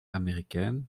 américaine